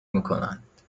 میکنند